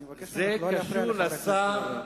אני מבקש ממך לא להפריע לחבר הכנסת זאב.